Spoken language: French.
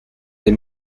des